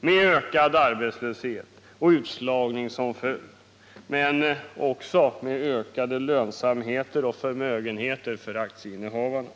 med ökad arbetslöshet och utslagning men också med ökad lönsamhet och ökade förmögenheter för aktieinnehavarna.